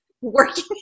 working